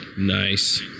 Nice